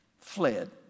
fled